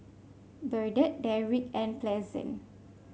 Burdette Derrick and Pleasant